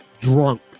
drunk